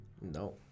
No